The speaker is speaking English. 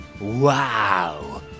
Wow